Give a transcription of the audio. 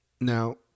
Now